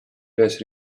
üles